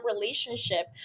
relationship